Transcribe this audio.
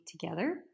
together